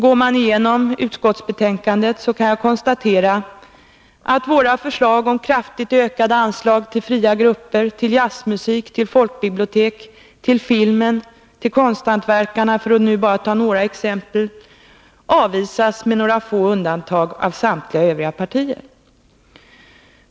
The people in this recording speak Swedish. Går man igenom utskottsbetänkandet kan man konstatera att vpk:s förslag om kraftigt ökade anslag till de fria grupperna, till jazzmusiken, till folkbiblioteken, till filmen och till konsthantverkarna— för att nu bara nämna några exempel — avvisas med några få undantag av samtliga övriga partier.